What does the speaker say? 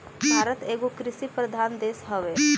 भारत एगो कृषि प्रधान देश हवे